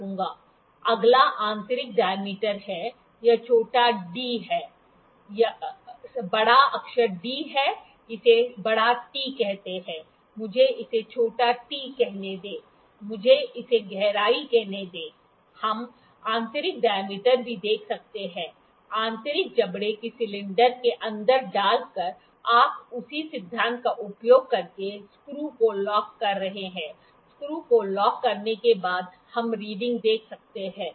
अगला आंतरिक डाय्मीटर है यह छोटा d है यहबड़ा अक्षर D है इसे T कहते हैं मुझे इसे t कहनें दे मुझे इसे गहराई कहनें दे हम आंतरिक डाय्मीटर भी देख सकते हैं आंतरिक जबड़े को सिलेंडर के अंदर डालकर आप उसी सिद्धांत का उपयोग करके स्क्रू को लॉक कर रहे हैं स्क्रू को लॉक करने के बाद हम रीडिंग देख सकते हैं